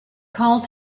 called